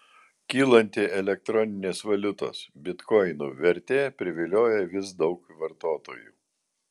kylanti elektroninės valiutos bitkoinų vertė privilioja vis daug vartotojų